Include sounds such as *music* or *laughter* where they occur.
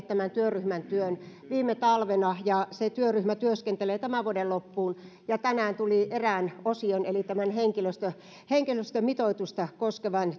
*unintelligible* tämän työryhmän työn liikkeelle viime talvena ja se työryhmä työskentelee tämän vuoden loppuun tänään tuli erään osion eli tämän henkilöstömitoitusta koskevan *unintelligible*